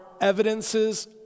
evidences